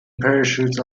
parachutes